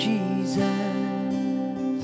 Jesus